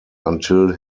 until